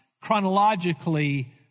chronologically